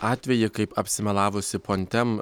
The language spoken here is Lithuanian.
atvejį kaip apsimelavusi pontem